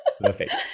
Perfect